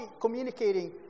communicating